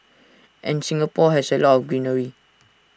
and Singapore has A lot of greenery